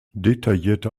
detaillierte